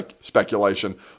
speculation